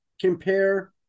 compare